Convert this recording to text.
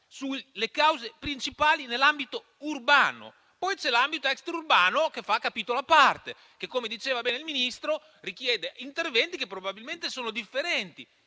sulle cause principali nell'ambito urbano. C'è poi l'ambito extraurbano che fa capitolo a parte e che - come diceva bene il Ministro - richiede interventi che probabilmente sono differenti.